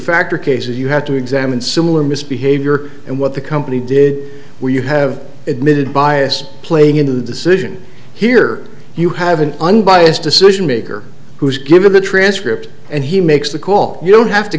factor cases you have to examine similar misbehavior and what the company did where you have admitted bias playing into the situation here you have an unbiased decision maker who's given the transcript and he makes the call you don't have to